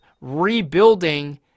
rebuilding